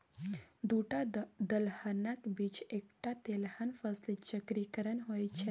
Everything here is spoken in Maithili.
दूटा दलहनक बीच एकटा तेलहन फसली चक्रीकरण होए छै